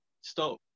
stop